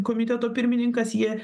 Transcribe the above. komiteto pirmininkas jie